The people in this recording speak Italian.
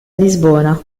lisbona